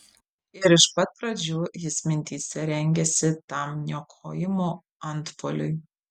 ir iš pat pradžių jis mintyse rengėsi tam niokojimo antpuoliui